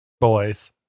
Boys